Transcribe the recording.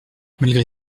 malgré